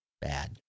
Bad